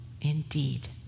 indeed